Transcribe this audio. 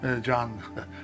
John